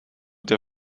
der